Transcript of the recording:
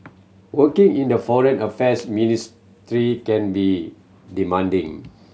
working in the Foreign Affairs Ministry can be demanding